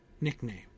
nickname